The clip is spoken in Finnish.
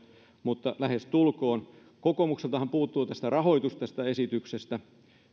mutta kokoomukseltahan lähestulkoon puuttuu tästä esityksestä rahoitus